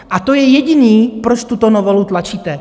A to je jediné, proč tuto novelu tlačíte.